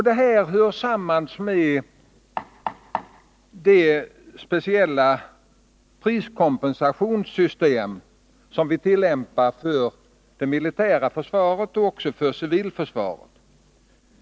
Detta hör samman med det speciella priskompensationssystem som vi tillämpar för det militära försvaret och för civilförsvaret.